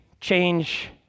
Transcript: change